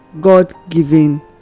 god-given